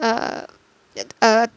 uh uh